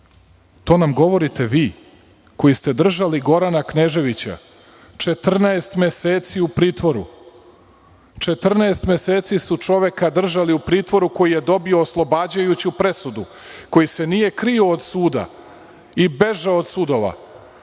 to nam govorite vi koji ste držali Gorana Kneževića 14 meseci u pritvoru. Četrnaest meseci su čoveka držali u pritvoru koji je dobio oslobađajuću presudu, koji se nije krio od suda i bežao od sudova,